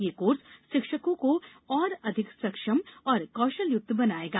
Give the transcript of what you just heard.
यह कोर्स शिक्षकों को लिये और अधिक सक्षम एवं कौशलयुक्त बनायेगा